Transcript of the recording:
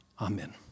Amen